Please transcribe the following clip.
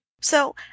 So